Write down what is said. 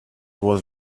was